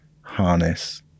harness